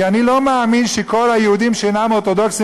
כי אני לא מאמין שכל היהודים שאינם אורתודוקסים